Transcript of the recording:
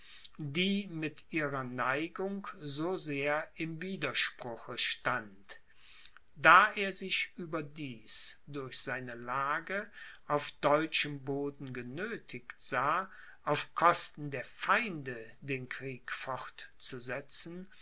die mit ihrer neigung so sehr im widerspruche stand da er sich überdies durch seine lage auf deutschem boden genöthigt sah auf kosten der feinde den krieg fortzusetzen